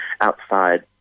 outside